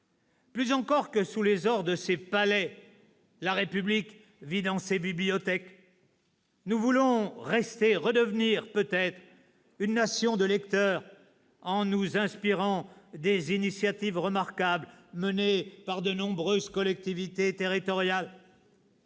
Plus encore que sous les ors de ses palais, la République vit dans ses bibliothèques. Nous voulons rester, redevenir peut-être, une nation de lecteurs en nous inspirant des initiatives remarquables menées par de nombreuses collectivités territoriales.